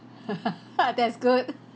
that's good